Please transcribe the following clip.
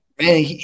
man